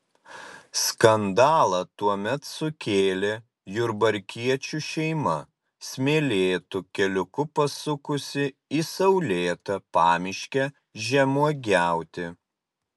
skandalą tuomet sukėlė jurbarkiečių šeima smėlėtu keliuku pasukusi į saulėtą pamiškę žemuogiauti